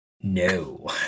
No